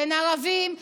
בין ערבים ליהודים,